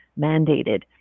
mandated